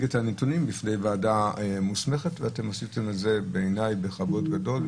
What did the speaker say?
להציג את הנתונים בפני ועדה מוסמכת ואתם עשיתם את זה בכבוד גדול,